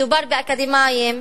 מדובר באקדמאים,